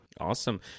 Awesome